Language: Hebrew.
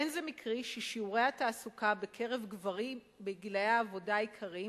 "אין זה מקרי ששיעורי התעסוקה בקרב גברים בגילי העבודה העיקריים